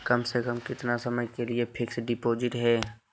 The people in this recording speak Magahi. कम से कम कितना समय के लिए फिक्स डिपोजिट है?